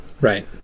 Right